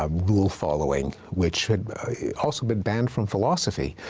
um will-following, which had also been banned from philosophy,